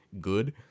good